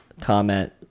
comment